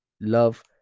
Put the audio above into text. love